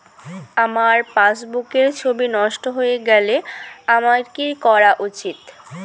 আমার পাসবুকের ছবি নষ্ট হয়ে গেলে আমার কী করা উচিৎ?